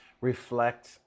reflect